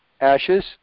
ashes